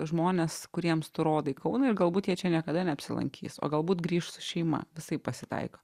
žmones kuriems tu rodai kauną ir galbūt jie čia niekada neapsilankys o galbūt grįš su šeima visaip pasitaiko